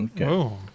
Okay